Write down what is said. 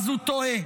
הוא טועה.